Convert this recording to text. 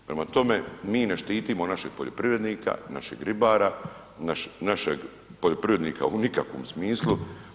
Prema tome, mi ne štitimo našeg poljoprivrednika, našeg ribara, našeg poljoprivrednika u nikakvom smislu.